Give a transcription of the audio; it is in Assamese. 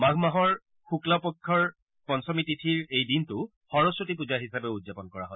মাঘ মাহৰ শুক্ল পক্ষৰ পঞ্চমী তিথিৰ এই দিনটো সৰস্বতী পুজা হিচাপেও উদযাপন কৰা হয়